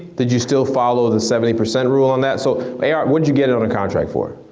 did you still follow the seven, eight percent rule on that? so what, did you get it under contract for?